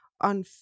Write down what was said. on